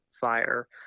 fire